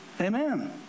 Amen